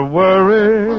worry